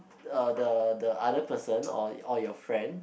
uh the the other person or or your friend